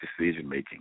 decision-making